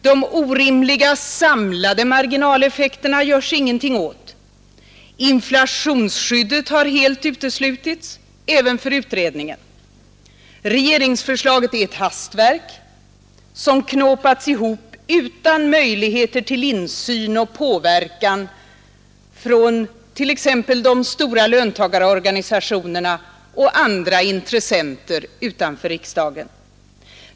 De orimliga samlade marginaleffekterna görs det ingenting åt. Inflationsskyddet har helt uteslutits, även för utredningen. Regeringsförslaget är ett hastverk som knåpats ihop utan möjligheter till insyn och påverkan från t.ex. de stora löntagarorganisationerna och andra intressenter utanför riksdagen.